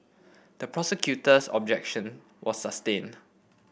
the prosecutor's objection were sustained